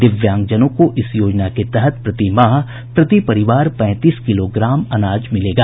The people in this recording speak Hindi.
दिव्यांगजनों को इस योजना के तहत प्रतिमाह प्रति परिवार पैंतीस किलोग्राम अनाज मिलेगा